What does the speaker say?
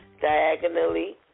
diagonally